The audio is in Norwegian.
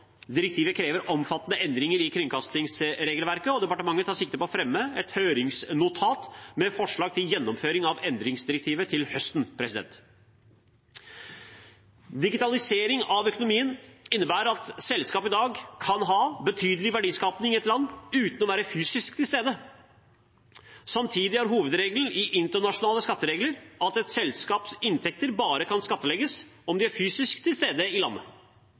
Direktivet krever omfattende endringer i kringkastingsregelverket, og departementet tar sikte på å fremme et høringsnotat med forslag til gjennomføring av endringsdirektivet til høsten. Digitaliseringen av økonomien innebærer at selskap i dag kan ha betydelig verdiskaping i et land uten å være fysisk til stede. Samtidig er hovedregelen i internasjonale skatteregler at et selskaps inntekter bare kan skattlegges om de er fysisk til stede i landet.